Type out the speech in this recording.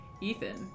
Ethan